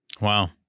wow